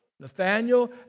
nathaniel